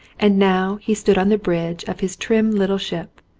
and now he stood on the bridge of his trim little ship,